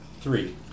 Three